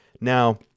Now